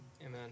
Amen